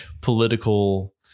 political